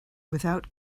without